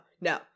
no